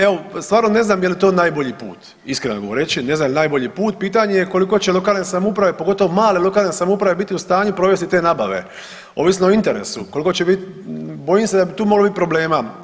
Evo stvarno ne znam je li to najbolji put, iskreno govoreći ne znam je li najbolji put, pitanje je koliko će lokalne samouprave pogotovo male lokalne samouprave biti u stanju provesti te nabave, ovisno o internetu koliko će bit, bojim se da bi tu moglo bit problema.